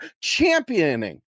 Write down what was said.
championing